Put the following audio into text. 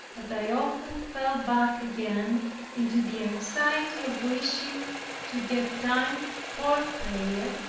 but i often fell back again into the anxiety of wishing to get time for prayer,